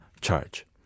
charge